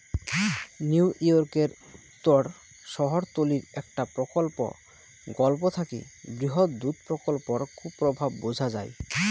নিউইয়র্কের উত্তর শহরতলীর একটা প্রকল্পর গল্প থাকি বৃহৎ দুধ প্রকল্পর কুপ্রভাব বুঝা যাই